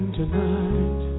tonight